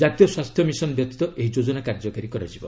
ଜାତୀୟ ସ୍ୱାସ୍ଥ୍ୟ ମିଶନ ବ୍ୟତୀତ ଏହି ଯୋକନା କାର୍ଯ୍ୟକାରୀ କରାଯିବ